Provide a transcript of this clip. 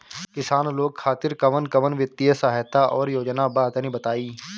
किसान लोग खातिर कवन कवन वित्तीय सहायता और योजना बा तनि बताई?